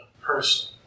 person